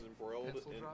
embroiled